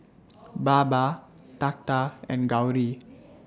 Baba Tata and Gauri